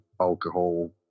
alcohol